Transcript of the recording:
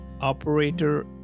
operator